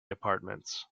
apartments